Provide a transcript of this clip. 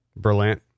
Berlant